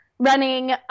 Running